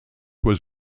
was